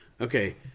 Okay